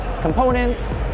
components